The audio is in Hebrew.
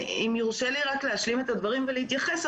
אם יורשה לי רק להשלים את הדברים ולהתייחס,